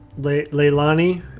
Leilani